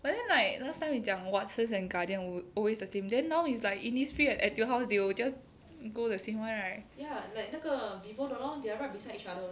but then like last time we 讲 Watsons and Guardian will always the same then now is like Innisfree and Etude House they will just go the same mall right